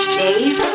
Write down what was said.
days